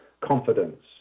confidence